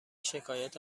شکایت